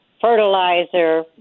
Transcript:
Fertilizer